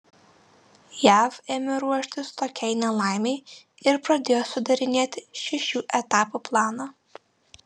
jav ėmė ruoštis tokiai nelaimei ir pradėjo sudarinėti šešių etapų planą